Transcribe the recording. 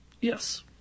Yes